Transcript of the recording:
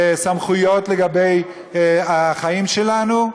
סמכויות לגבי החיים שלנו?